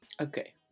okay